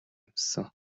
юмсан